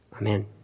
Amen